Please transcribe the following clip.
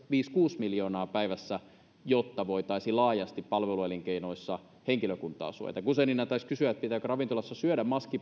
viisi viiva kuusi miljoonaa päivässä jotta voitaisiin laajasti palveluelinkeinoissa henkilökuntaa suojata guzenina taisi kysyä pitääkö ravintolassa syödä maski